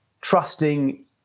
trusting